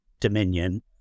dominion